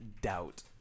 doubt